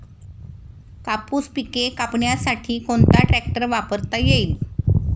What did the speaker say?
कापूस पिके कापण्यासाठी कोणता ट्रॅक्टर वापरता येईल?